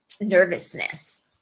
nervousness